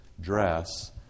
Dress